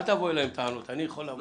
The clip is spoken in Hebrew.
אל תבוא אליהם בטענות, אני יכול לבוא אליהם.